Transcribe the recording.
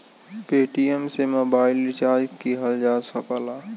Paytm से mobile recharge किहल जा सकला